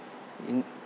in